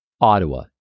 Ottawa